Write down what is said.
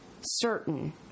certain